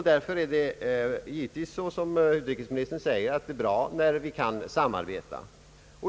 Därför är det givetvis, såsom utrikes ministern säger, bra när vi kan samarbeta.